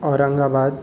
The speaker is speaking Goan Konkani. औरंगाबाद